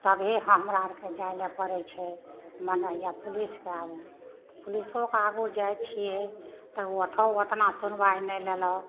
कभी हमरा आरके जाइ लए पड़ै छै मानल जाय पुलिसके आगुमे पुलिसोके आगु जाइ छियै तऽ ओतौह ओतना सुनबाइह नहि लेलक